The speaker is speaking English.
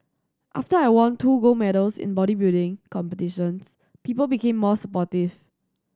after I won two gold medals in bodybuilding competitions people became more supportive